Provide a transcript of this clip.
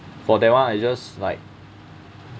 for that one I just like